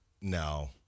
No